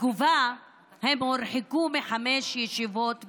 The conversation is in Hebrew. בתגובה הם הורחקו מחמש ישיבות במליאה,